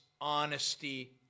honesty